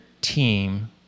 team